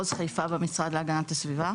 במשרד להגנת הסביבה.